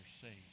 saved